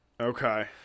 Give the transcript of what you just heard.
Okay